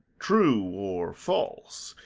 true or false,